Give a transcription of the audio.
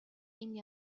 энэ